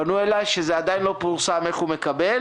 פנו אליי ואמרו שעדיין לא פורסם איך הוא מקבל.